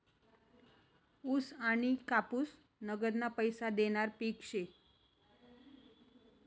ऊस आनी कापूस नगदना पैसा देनारं पिक शे